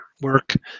work